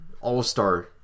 all-star